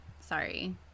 sorry